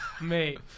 Mate